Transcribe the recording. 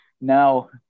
now